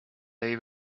they